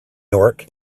york